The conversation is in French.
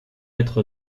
lettre